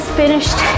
finished